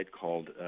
called